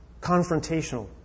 confrontational